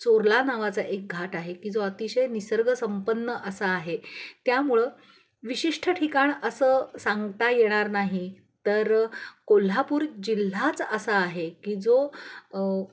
चोरला नावाचा एक घाट आहे की जो अतिशय निसर्गसंपन्न असा आहे त्यामुळं विशिष्ठ ठिकाण असं सांगता येणार नाही तर कोल्हापूर जिल्हाच असा आहे की जो